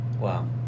Wow